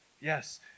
Yes